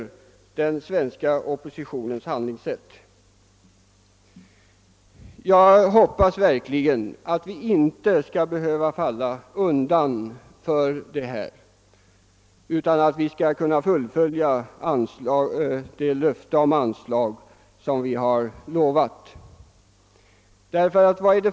Jag hoppas verkligen att inte regeringen skall falla undan för dem, utan att regeringen skall fullfölja det löfte om anslag som den har givit.